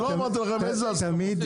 לא אמרתי לכם איזה הסכמות.